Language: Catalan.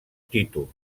títol